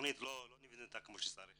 שהתכנית לא נבנתה כפי שצריך,